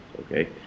okay